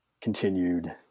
continued